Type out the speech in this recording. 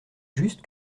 juste